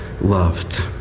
loved